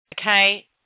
okay